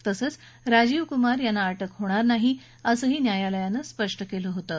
तसंच राजीव कुमार यांना अटक होणार नाही असंही न्यायालयानं स्पष्ट केलं होतं